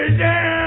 down